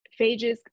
phages